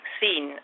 seen